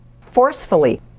forcefully